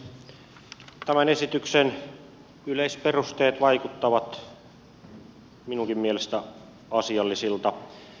tämän esityksen yleisperusteet vaikuttavat minunkin mielestäni asiallisilta